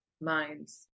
minds